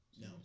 No